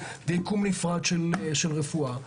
ויקום נפרד של רפואה.